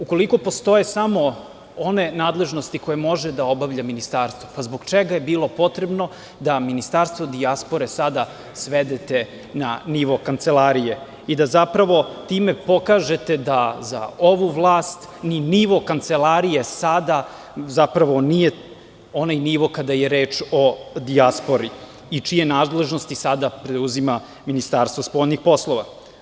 Ukoliko postoje samo one nadležnosti koje može da obavlja Ministarstvo, pa zbog čega je bilo potrebno da Ministarstvo dijaspore sada svedete na nivo Kancelarije i da zapravo time pokažete da za ovu vlast ni nivo Kancelarije sada, zapravo nije onaj nivo kada je reč o dijaspori i čije nadležnosti sada preuzima Ministarstvo spoljnih poslova.